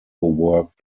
work